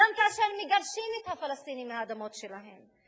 גם כאשר מגרשים את הפלסטינים מהאדמות שלהם,